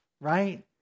right